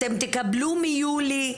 אתם תקבלו מיולי.